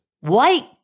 White